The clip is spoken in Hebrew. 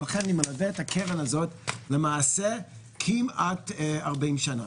אני מלווה את הקרן הזאת כמעט 40 שנה.